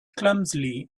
clumsily